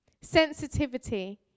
Sensitivity